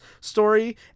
story